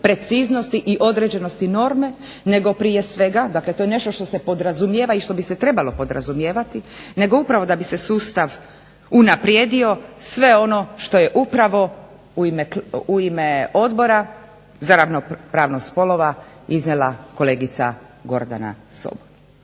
preciznosti i određenosti norme, nego prije svega, dakle to je nešto što se podrazumijeva i što bi se trebalo podrazumijevati, nego da bi se upravo sustav unaprijedio sve ono što je upravo Odbora za ravnopravnost spolova iznijela kolegica Gordana Sobol.